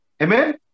Amen